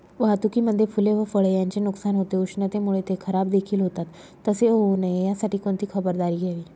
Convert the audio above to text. वाहतुकीमध्ये फूले व फळे यांचे नुकसान होते, उष्णतेमुळे ते खराबदेखील होतात तसे होऊ नये यासाठी कोणती खबरदारी घ्यावी?